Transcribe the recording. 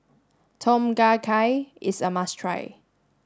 Tom Kha Gai is a must try